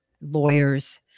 lawyers